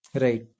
Right